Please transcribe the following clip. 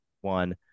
one